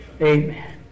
Amen